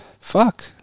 Fuck